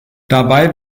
dabei